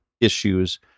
issues